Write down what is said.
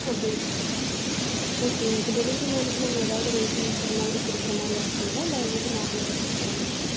அப்டிங்ளா ஓகேங்க இப்போ டெலிவரி மேனுக்கு நம்ம ஏதாவது ரேட்டிங்ஸ் அதுமாதிரி கொடுக்குற மாதிரி ஆப்புங்களா இல்லை வந்துவிட்டு நார்மலாக இருக்கிறதானுங்களா